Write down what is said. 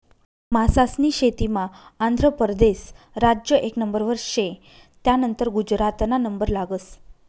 मासास्नी शेतीमा आंध्र परदेस राज्य एक नंबरवर शे, त्यानंतर गुजरातना नंबर लागस